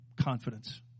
confidence